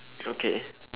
okay